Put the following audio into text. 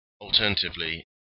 alternatively